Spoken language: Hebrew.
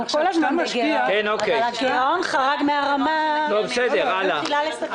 אבל הגירעון חרג מן הרמה עד שזה מתחיל לסכן.